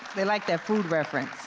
they liked that food reference.